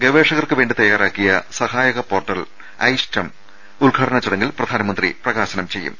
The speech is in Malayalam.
ഗവേഷകർക്ക് വേണ്ടി തയാറാക്കിയ സഹായക പോർട്ടൽ ഐസ്റ്റെം ഉദ്ഘാടന ചടങ്ങിൽ പ്രധാനമന്ത്രി പ്രകാശനം ചെയ്യും